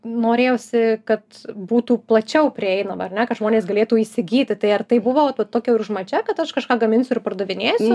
norėjosi kad būtų plačiau prieinama ar ne kad žmonės galėtų įsigyti tai ar tai buvo vat va tokia ir užmačia kad aš kažką gaminsiu ir pardavinėsiu